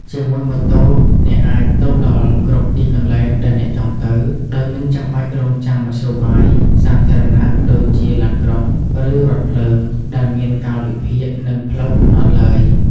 ជាមួយម៉ូតូ អ្នកអាចទៅដល់ គ្រប់ទីកន្លែងដែលអ្នកចង់ទៅ ដោយមិនចាំបាច់រង់ចាំមធ្យោបាយសាធារណៈដូចជាឡានក្រុង ឬរថភ្លើង ដែលមានកាលវិភាគ និងផ្លូវកំណត់ឡើយ។